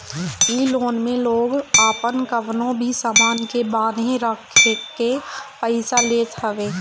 इ लोन में लोग आपन कवनो भी सामान के बान्हे रखके पईसा लेत हवे